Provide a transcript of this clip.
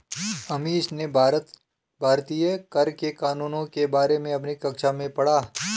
अमीश ने भारतीय कर के कानूनों के बारे में अपनी कक्षा में पढ़ा